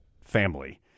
family